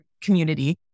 community